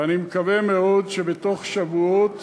ואני מקווה מאוד שבתוך שבועות